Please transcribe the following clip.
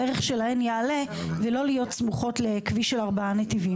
הערך שלהן יעלה ולא להיות סמוכות לכביש של ארבעה נתיבים.